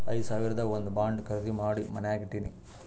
ಐದು ಸಾವಿರದು ಒಂದ್ ಬಾಂಡ್ ಖರ್ದಿ ಮಾಡಿ ಮನ್ಯಾಗೆ ಇಟ್ಟಿನಿ